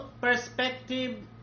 perspective